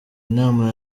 nama